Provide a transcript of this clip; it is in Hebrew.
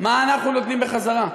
מה אנחנו נותנים בחזרה?